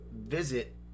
visit